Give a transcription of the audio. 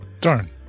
Darn